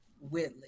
Whitley